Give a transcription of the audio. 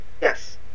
Yes